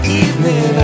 evening